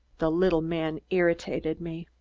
the little man irritated me.